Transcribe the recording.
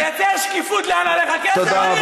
לייצר שקיפות לאן הולך הכסף,